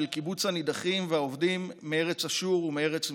קיבוץ הנידחים והאובדים מארץ אשור ומארץ מצרים.